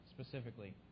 specifically